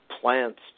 plants